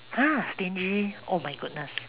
!huh! stingy oh my goodness